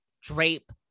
drape